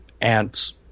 ants